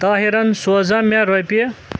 طاہِرَن سوزا مےٚ رۄپیہِ